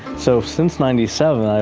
so since ninety seven,